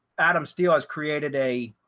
adam steele has created a